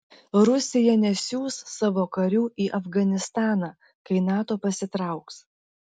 rusija nesiųs savo karių į afganistaną kai nato pasitrauks